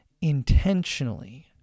intentionally